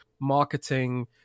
marketing